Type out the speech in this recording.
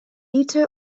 litr